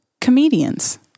Comedians